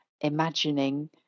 imagining